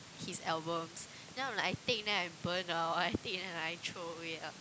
his albums now I'm like I take then I burn now I take then I throw away ah